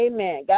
Amen